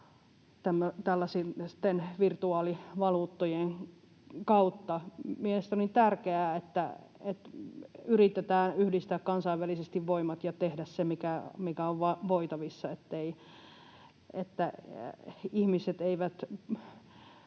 tällaisten virtuaalivaluuttojen kautta. Mielestäni on tärkeää, että yritetään yhdistää kansainvälisesti voimat ja tehdä se, mikä on tehtävissä, jotta ihmiset eivät